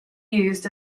used